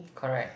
correct